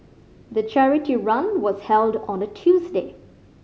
the charity run was held on a Tuesday